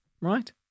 right